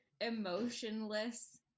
emotionless